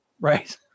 Right